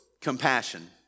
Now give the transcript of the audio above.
compassion